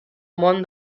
món